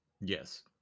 Yes